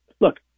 look